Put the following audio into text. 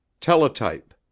Teletype